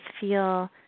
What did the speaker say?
feel